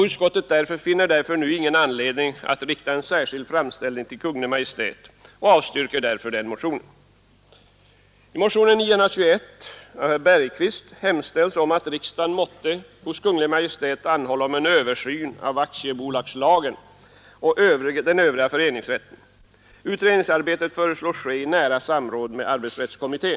Utskottet finner därför nu ingen anledning att rikta en särskild framställning till Kungl. Maj:t och avstyrker därför den motionen. I motionen 921 har herr Bergqvist hemställt om att riksdagen måtte hos Kungl. Maj:t anhålla om en översyn av aktiebolagslagen och den övriga föreningsrätten. Utredningsarbetet föreslås ske i nära samråd med arbetsrättskommittén.